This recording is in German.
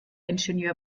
ingenieur